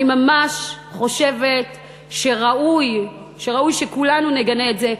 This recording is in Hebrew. אני ממש חושבת שראוי שכולנו נגנה את זה.